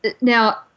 Now